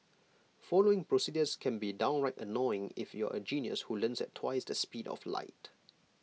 following procedures can be downright annoying if you're A genius who learns at twice the speed of light